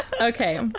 Okay